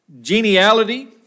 geniality